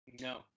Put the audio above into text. No